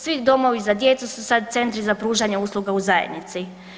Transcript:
Svi domovi za djecu su sad centri za pružanje usluga u zajednici.